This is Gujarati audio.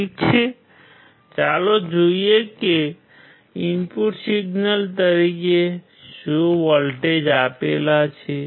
ઠીક છે તો ચાલો જોઈએ કે તેણે ઇનપુટ સિગ્નલ તરીકે શું વોલ્ટેજ આપેલા છે